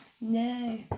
No